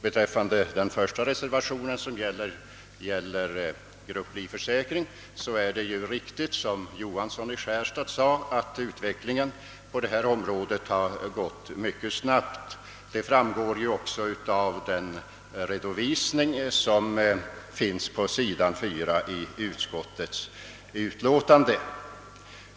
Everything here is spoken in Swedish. Beträffande den första reservationen, som gäller grupplivförsäkring, är det riktigt som herr Johansson i Skärstad sade, att utvecklingen på detta område har gått mycket snabbt. Detta framgår också av redovisningen på sidan 4 i utskottets utlåtande.